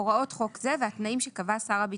הוראות חוק זה והתנאים שקבע שר הביטחון,